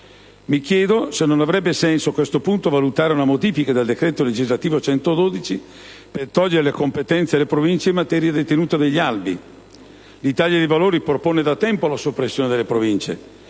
Mi chiedo se non avrebbe senso, a questo punto, valutare una modifica del decreto legislativo n. 112 del 1998 per togliere la competenza alle Province in materia di tenuta degli albi. L'Italia dei Valori propone da tempo la soppressione delle Province